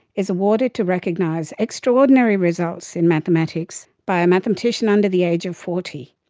is awarded to recognize extraordinary results in mathematics by a mathematician under the age of forty.